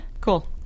Cool